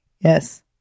yes